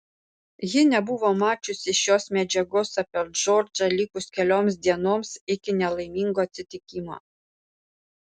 ji nebuvo mačiusi šios medžiagos apie džordžą likus kelioms dienoms iki nelaimingo atsitikimo